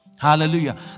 Hallelujah